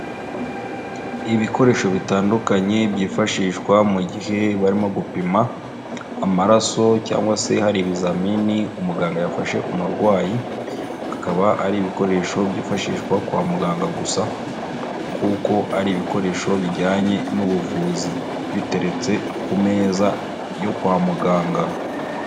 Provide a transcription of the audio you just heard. Ibikoresho bitandukanye byifashishwa mu gihe barimo gupima amaraso cyangwa se hari ibizamini umuganga yafashe umurwayi, akaba ari ibikoresho byifashishwa kwa muganga gusa, kuko ari ibikoresho bijyanye n'ubuvuzi, biteretse ku meza yo kwa muganga.